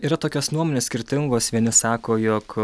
yra tokios nuomonės skirtingos vieni sako jog